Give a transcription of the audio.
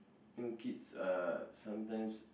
new kids are sometimes